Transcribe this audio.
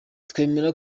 twemera